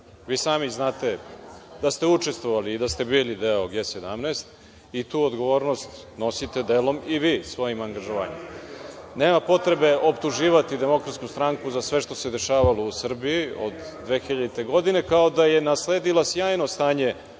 sami znate da ste učestvovali i da ste bili deo G17 i tu odgovornost nosite delom i vi svojim angažovanjem. Nema potrebe optuživati DS za sve što se dešavalo u Srbiji od 2000. godine, kao da je sve bilo sjajno stanje